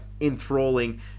enthralling